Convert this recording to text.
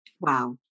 wow